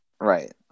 Right